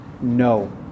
no